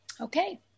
Okay